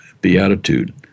Beatitude